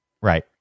Right